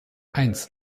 eins